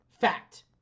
Fact